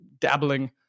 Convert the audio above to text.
dabbling